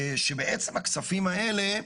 שבעצם הכספים האלו,